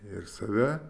ir save